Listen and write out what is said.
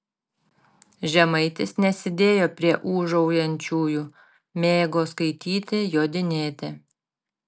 žemaitis nesidėjo prie ūžaujančiųjų mėgo skaityti jodinėti